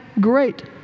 great